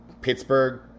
Pittsburgh